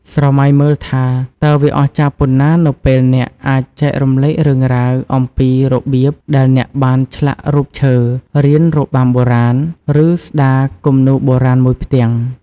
ស្រមៃមើលថាតើវាអស្ចារ្យប៉ុណ្ណា នៅពេលអ្នកអាចចែករំលែករឿងរ៉ាវអំពីរបៀបដែលអ្នកបានឆ្លាក់រូបឈើ រៀនរបាំបុរាណ ឬស្ដារគំនូរបុរាណមួយផ្ទាំង។